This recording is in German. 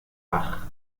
bach